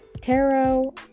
Tarot